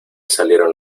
salieron